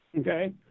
okay